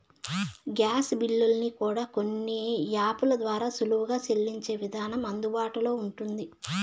gas బిల్లుల్ని కూడా కొన్ని యాపుల ద్వారా సులువుగా సెల్లించే విధానం అందుబాటులో ఉంటుంది